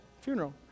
Funeral